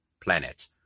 Planet